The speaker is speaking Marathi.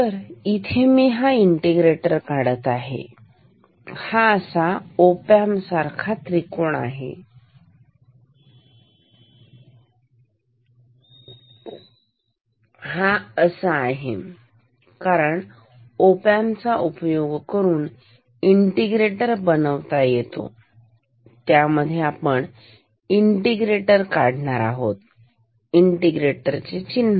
तर इथे मी हा इंटिग्रेटेर काढत आहे हा असा ओपॅम्प सारखा त्रिकोण आहे हा असा आहेकारण ओपॅम्प चा उपयोग करून इंटिग्रेटेर बनवता येतो त्यामध्ये आपण इंटिग्रेटर काढणार आहोत इंटिग्रेटर चे चिन्ह